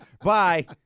Bye